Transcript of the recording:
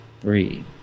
three